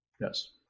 Yes